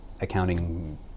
accounting